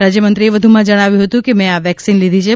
રાજ્યમંત્રીએ વધુમાં જણાવ્યું હતું કે મેં આ વેકસીન લીધી છે